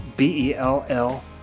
B-E-L-L